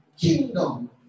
kingdom